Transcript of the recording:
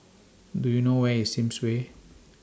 Do YOU know Where IS Sims Way